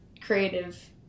creative